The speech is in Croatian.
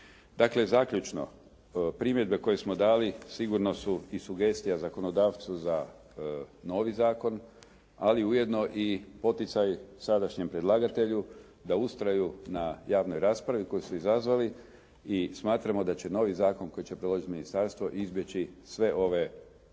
Dakle, zaključno primjedbe koje smo dali sigurno su i sugestija zakonodavcu za novi zakon ali ujedno i poticaj sadašnjem predlagatelju da ustraju na javnoj raspravi koju su izazvali i smatramo da će novi zakon koji će predložiti ministarstvo izbjeći sve ove, ne sve